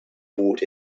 bought